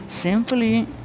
Simply